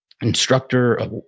instructor